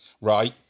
right